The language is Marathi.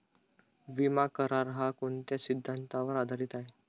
विमा करार, हा कोणत्या सिद्धांतावर आधारीत आहे?